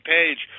Page